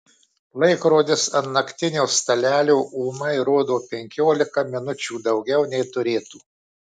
laikrodis ant naktinio stalelio ūmai rodo penkiolika minučių daugiau nei turėtų